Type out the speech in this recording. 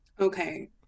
okay